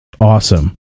awesome